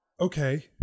Okay